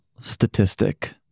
statistic